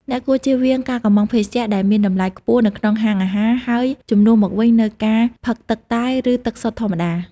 អ្នកគួរជៀសវាងការកុម្ម៉ង់ភេសជ្ជៈដែលមានតម្លៃខ្ពស់នៅក្នុងហាងអាហារ ហើយជំនួសមកវិញនូវការផឹកទឹកតែ ឬទឹកសុទ្ធធម្មតា។